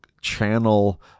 channel